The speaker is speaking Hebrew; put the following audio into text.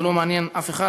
זה לא מעניין אף אחד,